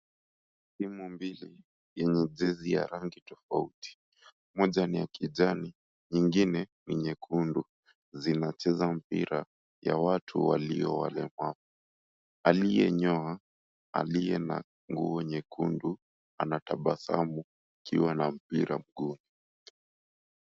Timu mbili yenye jezi ya rangi tofauti moja ni ya kijani nyingine ni nyekundu zinacheza mpira ya watu walio walemavu. Aliye nyoa, aliye na nguo nyekundu anatabasamu akiwa na mpira mguuni.